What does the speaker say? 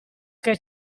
che